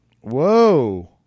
Whoa